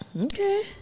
Okay